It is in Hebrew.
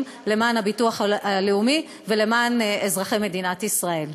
למען הביטוח הלאומי ולמען אזרחי מדינת ישראל.